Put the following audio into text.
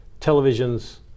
televisions